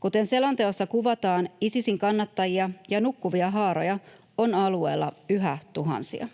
Kuten selonteossa kuvataan, Isisin kannattajia ja nukkuvia haaroja on alueella yhä tuhansia.